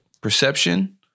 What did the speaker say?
perception